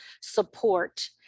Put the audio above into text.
support